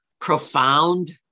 profound